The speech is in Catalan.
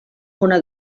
una